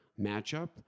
matchup